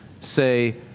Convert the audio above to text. say